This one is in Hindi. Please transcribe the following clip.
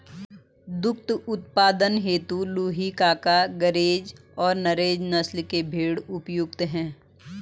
दुग्ध उत्पादन हेतु लूही, कूका, गरेज और नुरेज नस्ल के भेंड़ उपयुक्त है